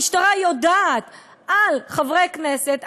המשטרה יודעת על חברי כנסת,